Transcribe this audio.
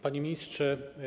Panie Ministrze!